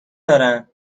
دارن